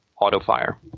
auto-fire